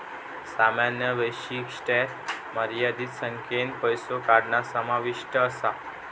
सामान्य वैशिष्ट्यांत मर्यादित संख्येन पैसो काढणा समाविष्ट असा